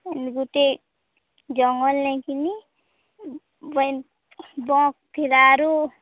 ହେଲେ ଗୁଟେ ଜଙ୍ଗଲ ନେଇ କିନି ବ ଥିଲା ଆରୁ